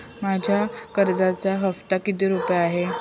माझ्या कर्जाचा हफ्ता किती रुपये आहे?